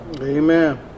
Amen